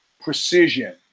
precision